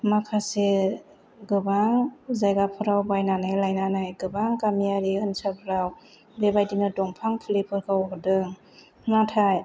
माखासे गोबां जायगाफोराव बायनानै लायनानै गोबां गामियारि ओन्सोलफोराव बेबादिनो दंफां फुलि फोरखौ हरदों नाथाय